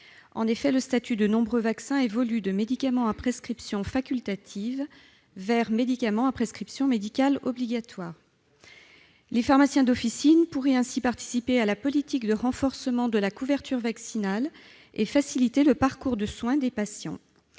En effet, le statut de nombreux vaccins évolue, la prescription médicale passant de facultative à obligatoire. Les pharmaciens d'officine pourraient ainsi participer à la politique de renforcement de la couverture vaccinale et faciliter le parcours de soins des patients.